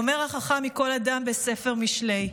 אמר החכם מכל אדם בספר משלי.